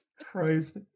christ